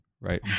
right